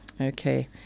Okay